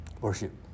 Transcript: Worship